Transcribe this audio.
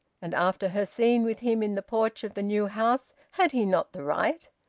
and, after her scene with him in the porch of the new house, had he not the right.